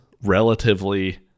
relatively